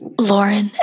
Lauren